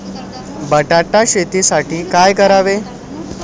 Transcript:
बटाटा शेतीसाठी काय करावे?